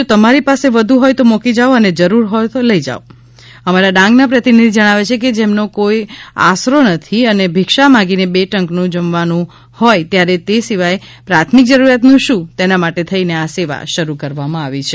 જો તમારી પાસે વધુ હોય તો મુકી જાવ અને જરૂર હોય તો લેતા જાવ અમારા ડાંગના પ્રતિનિધિ જણાવે છે કે જેમનો કોઇ અકારો નથી અને ભિક્ષા માંગીને બે ટંકનું જમવાનું હોય ત્યારે તે સિવાય પ્રાથમિક જરુરીયાતનું શું તેના માટે થઇને આ સેવા શરુ કરવામાં આવી છે